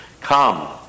Come